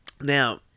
Now